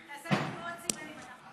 תעשה תנועות וסימנים.